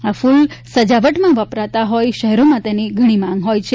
આ ફુલ સજાવટમાં વપરાતા હોઈ શહેરોમાં તેની ઘણી માંગ હોય છે